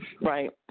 Right